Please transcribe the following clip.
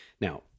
Now